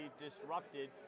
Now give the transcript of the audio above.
disrupted